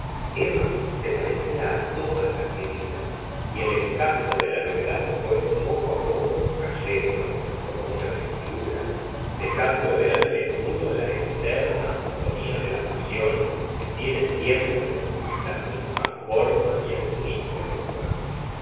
emma se parecía á todas las queridas y el encanto de la novedad fué poco á poco oayendo como una vestidura dejando ver al desnudo la eterna monotonta de la pasión que tiene siempre la misma forma y el mismo lenguaje